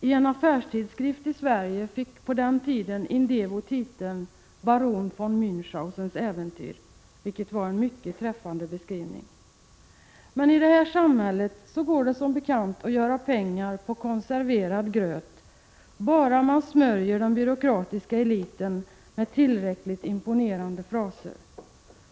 I en affärstidskrift i Sverige fick Indevo på den tiden titeln baron von Mänchhausen — vilket var en mycket träffande beskrivning. I detta samhälle går det som bekant att göra pengar på ”konserverad gröt”, bara man smörjer den byråkratiska eliten med tillräckligt imponerande fraser.